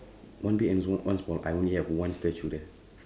one big and small one small I only have one statue there